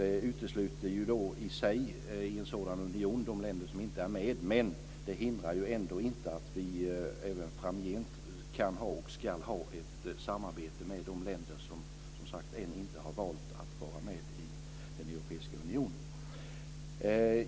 Det utesluter i sig de länder som inte är med, men det hindrar ändå inte att vi även framgent kan ha och ska ha ett samarbete med de länder som ännu inte har valt att vara med i den europeiska unionen.